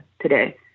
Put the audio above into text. today